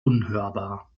unhörbar